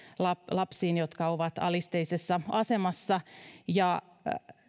lapsiin jotka ovat alisteisessa asemassa